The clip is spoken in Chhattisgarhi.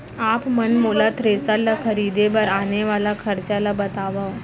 आप मन मोला थ्रेसर ल खरीदे बर आने वाला खरचा ल बतावव?